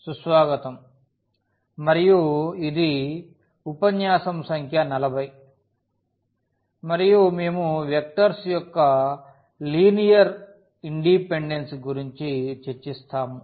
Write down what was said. సుస్వాగతం మరియు ఇది ఉపన్యాసం సంఖ్య 40 మరియు మేము వెక్టర్స్ యొక్క లీనియర్ ఇండిపెండెన్స్ గురించి చర్చిస్తాము